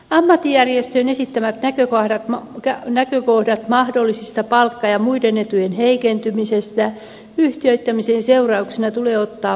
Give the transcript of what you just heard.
ammattijärjestöjen esittämät näkökohdat mahdollisista palkka ja muiden etujen heikentymisestä yhtiöittämisen seurauksena tulee ottaa vakavasti